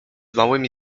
małymi